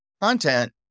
content